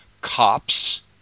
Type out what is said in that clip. COPS